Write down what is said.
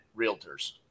realtors